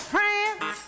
France